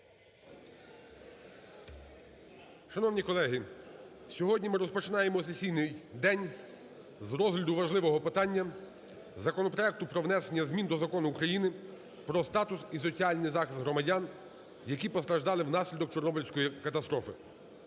Шановні колеги, сьогодні ми розпочинаємо сесійний день з розгляду важливого питання, законопроекту про внесення змін до Закону України про статус і соціальний захист громадян, які постраждали внаслідок Чорнобильської катастрофи,